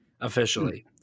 Officially